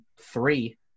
three